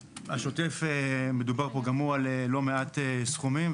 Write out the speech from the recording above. השוטף מדובר פה כאמור על לא מעט סכומים,